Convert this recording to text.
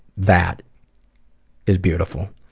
that is beautiful.